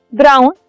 brown